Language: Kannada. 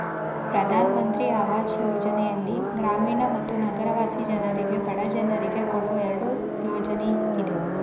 ಪ್ರಧಾನ್ ಮಂತ್ರಿ ಅವಾಜ್ ಯೋಜನೆಯಲ್ಲಿ ಗ್ರಾಮೀಣ ಮತ್ತು ನಗರವಾಸಿ ಜನರಿಗೆ ಬಡ ಜನರಿಗೆ ಕೊಡೋ ಎರಡು ಯೋಜನೆ ಇದೆ